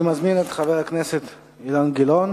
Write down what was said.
אני מזמין את חבר הכנסת אילן גילאון